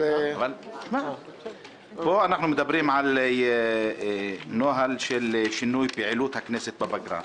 אבל --- פה אנחנו מדברים על נוהל של שינוי פעילות הכנסת בפגרה.